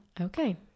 okay